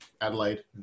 Adelaide